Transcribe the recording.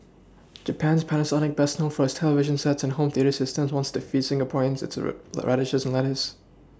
Japan's Panasonic best known for its television sets and home theatre systems wants to feed Singaporeans its re radishes and lettuce